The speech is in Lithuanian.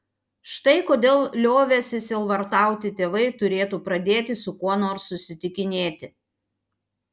štai kodėl liovęsi sielvartauti tėvai turėtų pradėti su kuo nors susitikinėti